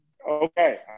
Okay